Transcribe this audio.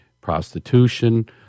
Prostitution